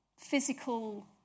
physical